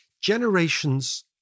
generations